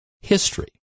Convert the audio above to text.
history